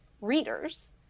readers